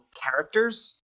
characters